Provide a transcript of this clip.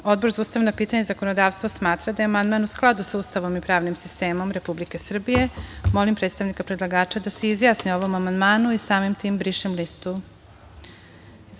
Odbor za ustavna pitanja i zakonodavstvo, smatra da je amandman u skladu sa Ustavom i pravnim sistemom Republike Srbije. Molim predstavnika predlagača da se izjasni o ovom amandmanu i samim tim brišem listu.